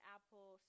Apple